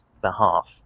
behalf